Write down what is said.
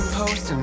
post